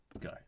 Go